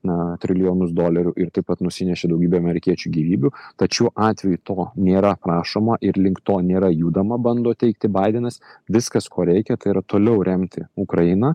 na trilijonus dolerių ir taip pat nusinešė daugybę amerikiečių gyvybių tad šiuo atveju to nėra prašoma ir link to nėra judama bando teigti baidenas viskas ko reikia tai yra toliau remti ukrainą